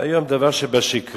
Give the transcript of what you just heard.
והיום דבר שבשגרה,